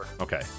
Okay